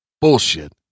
Bullshit